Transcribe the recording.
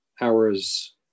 hours